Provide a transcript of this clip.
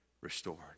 restored